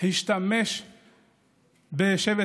השתמש בכך